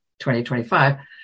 2025